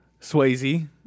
Swayze